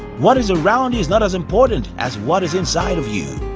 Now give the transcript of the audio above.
what is around you is not as important as what is inside of you.